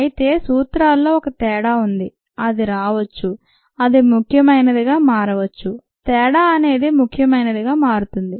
అయితే సూత్రాల్లో ఒక తేడా ఉంది అది రావొచ్చు అది ముఖ్యమైనదిగా మారవచ్చు తేడా అనేది ముఖ్యమైనదిగా మారుతుంది